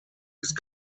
ist